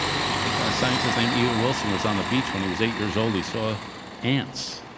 a scientist named e o. wilson was on the beach when he was eight years old. he saw ants.